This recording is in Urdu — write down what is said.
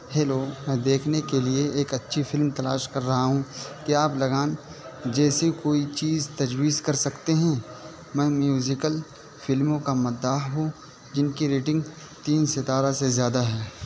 ہیلو میں دیکھنے کے لیے ایک اچھی فلم تلاش کر رہا ہوں کیا آپ لگان جیسی کوئی چیز تجویز کر سکتے ہیں میں میوزیکل فلموں کا مداح ہوں جن کی ریٹنگ تین ستارہ سے زیادہ ہیں